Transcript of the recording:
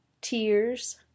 Tears